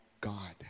God